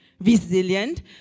resilient